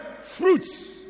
fruits